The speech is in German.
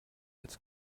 jetzt